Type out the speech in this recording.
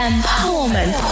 Empowerment